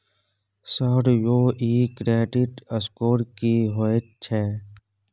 Sir यौ इ credit score की होयत छै?